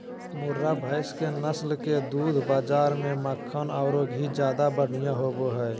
मुर्रा भैस के नस्ल के दूध बाज़ार में मक्खन औरो घी ज्यादा बढ़िया होबो हइ